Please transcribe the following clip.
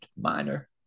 Minor